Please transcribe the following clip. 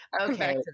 Okay